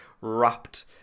wrapped